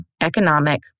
economic